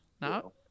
No